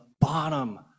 bottom